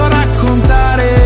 raccontare